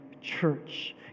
church